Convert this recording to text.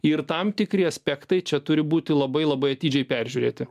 ir tam tikri aspektai čia turi būti labai labai atidžiai peržiūrėti